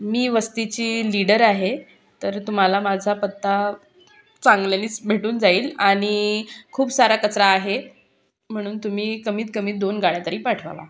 मी वस्तीची लीडर आहे तर तुम्हाला माझा पत्ता चांगल्यानीच भेटून जाईल आणि खूप सारा कचरा आहे म्हणून तुम्ही कमीत कमीत दोन गाड्या तरी पाठवा